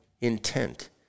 intent